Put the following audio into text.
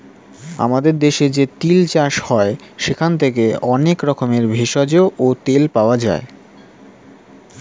আমাদের দেশে যে তিল চাষ হয় সেখান থেকে অনেক রকমের ভেষজ ও তেল পাওয়া যায়